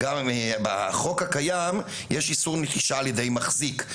בחוק הקיים יש איסור נטישה על ידי מחזיק.